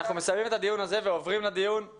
אנחנו מסיימים את הדיון הזה ועוברים לדיון